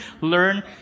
learn